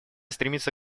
стремится